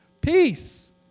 Peace